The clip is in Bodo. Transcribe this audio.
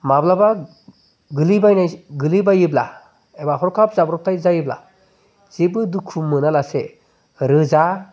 माब्लाबा गोग्लैबायोब्ला एबा हरखाब जाब्रबथाय जायोब्ला जेबो दुखु मोनालासे रोजा